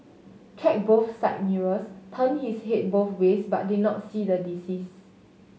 checked both side mirrors turned his head both ways but did not see the deceased